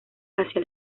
hacia